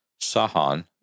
Sahan